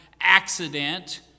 accident